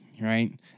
right